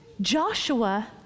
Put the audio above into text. Joshua